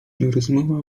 rozmowa